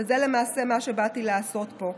וזה למעשה מה שבאתי לעשות פה.